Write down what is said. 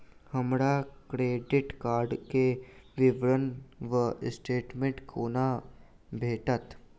हमरा credit card केँ विवरण वा स्टेटमेंट कोना भेटत?